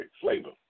flavor